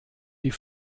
die